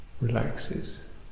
relaxes